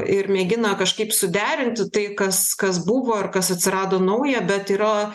ir mėgina kažkaip suderinti tai kas kas buvo ar kas atsirado nauja bet yra